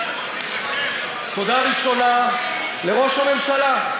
תודה ראשונה לראש הממשלה.